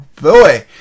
boy